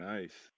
Nice